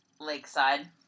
Lakeside